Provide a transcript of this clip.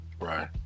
Right